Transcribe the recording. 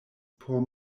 por